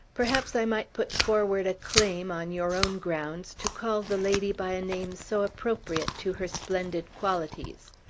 perhaps i might put forward a claim, on your own grounds, to call the lady by a name so appropriate to her splendid qualities.